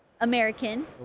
American